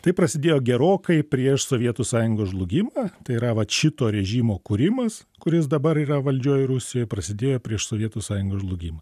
tai prasidėjo gerokai prieš sovietų sąjungos žlugimą tai yra vat šito režimo kūrimas kuris dabar yra valdžioj rusijoj prasidėjo prieš sovietų sąjungos žlugimą